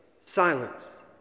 Silence